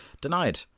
Denied